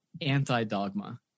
anti-dogma